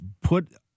put –